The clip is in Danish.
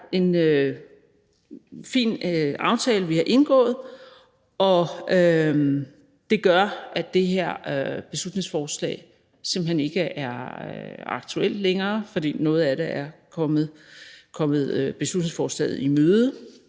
det er en fin aftale, vi har indgået, og det gør, at det her beslutningsforslag simpelt hen ikke er aktuelt længere, fordi noget af det er kommet beslutningsforslaget i møde.